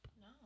No